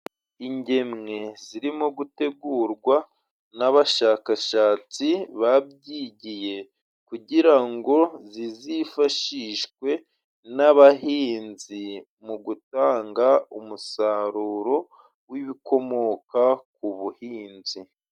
Ingemwe zirimo gutegurwa n'abashakashatsi babyigiye, kugira ngo zizifashishwe n'abahinzi mu gutanga umusaruro w'ibikomoka ku buhinzi.